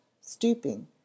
stooping